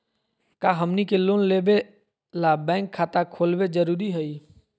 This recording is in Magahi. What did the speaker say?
का हमनी के लोन लेबे ला बैंक खाता खोलबे जरुरी हई?